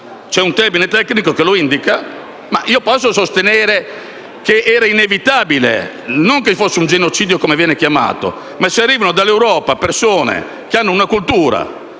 C'è un termine tecnico che lo indica, ma posso sostenere che era inevitabile e non che fosse un genocidio, come viene chiamato, perché sono arrivate dall'Europa persone che avevano una cultura